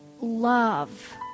love